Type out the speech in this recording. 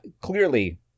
clearly